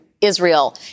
Israel